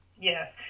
Yes